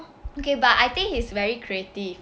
okay but I think he is very creative